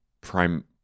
prime